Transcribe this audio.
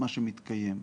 מה שמתקיים.